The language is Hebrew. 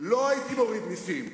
לא הייתי מוריד מסים.